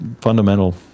fundamental